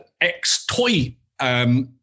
ex-toy